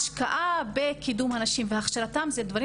השקעה בקידום הנשים והכשרתן אלה דברים